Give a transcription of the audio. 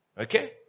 Okay